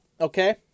okay